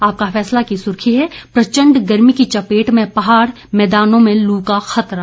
आपका फैसला की सुर्खी है प्रचंड गर्मी की चपेट में पहाड़ मैदानों में लू का कहर